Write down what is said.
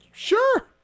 Sure